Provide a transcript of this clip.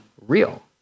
real